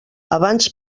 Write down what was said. abans